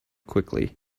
quickly